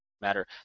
matter